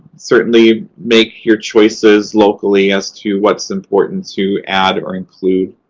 certainly, make your choices locally as to what's important to add or include.